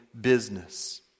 business